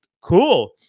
cool